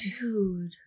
Dude